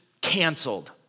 canceled